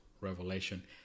Revelation